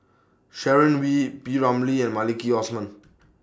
Sharon Wee P Ramlee and Maliki Osman